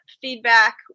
feedback